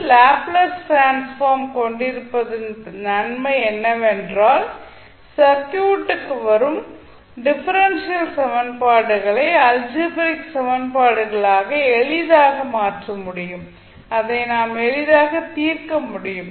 Laplace transform கொண்டிருப்பதன் நன்மை என்னவென்றால் சர்க்யூட் க்கு வரும் டிஃபரென்ஷியல் சமன்பாடுகளை அல்ஜீபரீக் சமன்பாடுகளாக எளிதாக மாற்ற முடியும் அதை நாம் எளிதாக தீர்க்க முடியும்